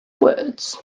words